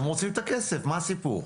הם רוצים את הכסף, מה הסיפור?